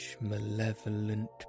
malevolent